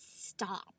stop